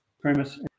premise